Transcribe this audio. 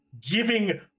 giving